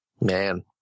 man